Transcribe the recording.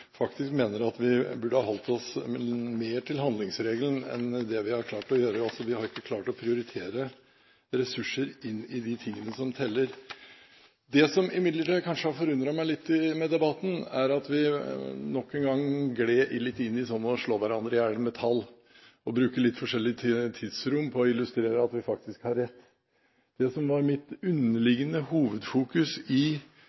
burde ha holdt oss mer til handlingsregelen enn det vi har klart å gjøre. Altså: Vi har ikke klart å prioritere ressurser inn i de tingene som teller. Det som imidlertid har forundret meg litt i debatten, er at vi nok en gang gled litt inn i det å slå hverandre i hjel med tall, og vi bruker litt forskjellig tidsrom på å illustrere at vi faktisk har rett. Det som var mitt underliggende hovedfokus i